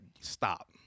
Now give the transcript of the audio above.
stop